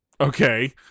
okay